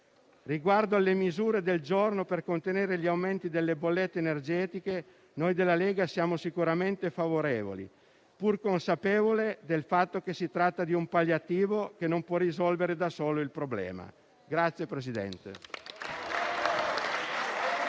Riguardo alle misure del giorno per contenere gli aumenti delle bollette energetiche, noi della Lega siamo sicuramente favorevoli, pur consapevoli del fatto che si tratta di un palliativo che non può risolvere da solo il problema.